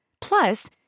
Plus